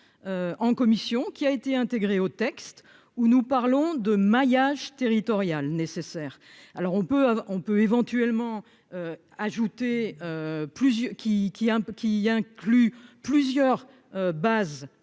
en commission, qui a été intégrée au texte où nous parlons de maillage territorial nécessaire, alors on peut, on peut éventuellement ajouter plusieurs qui